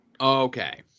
Okay